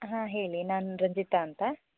ಹಾಂ ಹೇಳಿ ನಾನು ರಂಜಿತಾ ಅಂತ